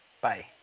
Bye